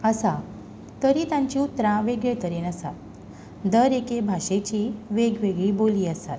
आसा तरी तांची उतरां वेगळे तरेन आसा दर एके भाशेची वेग वेगळी बोली आसा